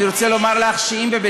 אני מציעה לך באמת.